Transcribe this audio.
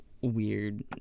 weird